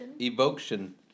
Evocation